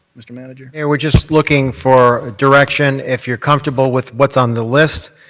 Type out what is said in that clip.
mr. manager. yeah, we're just looking for direction. if you're comfortable with what's on the list,